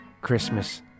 christmas